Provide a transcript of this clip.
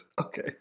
Okay